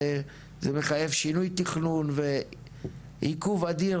וזה מחייב שינוי תכנון ועיכוב אדיר